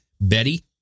Betty